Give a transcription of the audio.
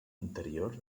anterior